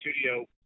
studio